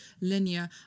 linear